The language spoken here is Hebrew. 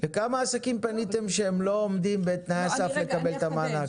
לכמה עסקים פניתם שהם לא עומדים בתנאי הסף לקבל את המענק?